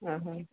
ହଁ ହଁ